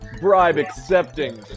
bribe-accepting